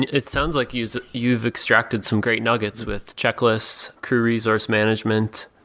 it sounds like you've you've extracted some great nuggets with checklists crew resource management.